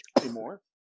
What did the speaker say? anymore